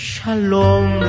Shalom